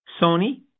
Sony